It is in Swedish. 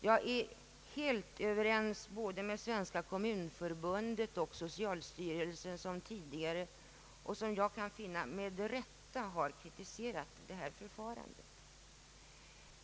Jag är helt överens med både Svenska kommunförbundet och socialstyrelsen som tidigare — med rätta vad jag kan förstå — har kritiserat det aktuella förfarandet.